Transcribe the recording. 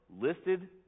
listed